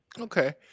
Okay